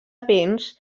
béns